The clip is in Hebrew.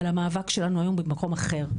אבל המאבק שלנו היום הוא במקום אחר,